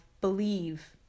believe